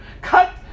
cut